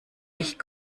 ich